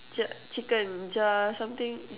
ch~ chicken Jinjja something